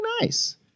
nice